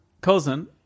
cousin